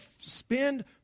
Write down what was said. spend